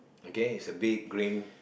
okay is a big green